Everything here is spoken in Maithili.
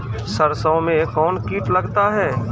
सरसों मे कौन कीट लगता हैं?